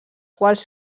quals